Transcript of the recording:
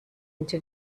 into